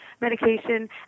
medication